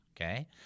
okay